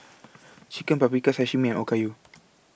Chicken Paprikas Sashimi Okayu